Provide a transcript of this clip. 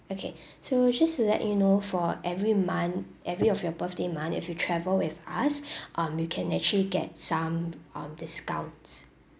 okay so just to let you know for every month every of your birthday month if you travel with us um you can actually get some um discounts